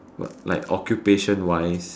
what like occupation wise